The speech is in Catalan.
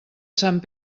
sant